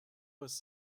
was